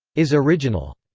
is original.